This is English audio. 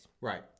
Right